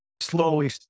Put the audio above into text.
slowly